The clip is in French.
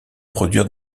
produire